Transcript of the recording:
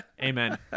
Amen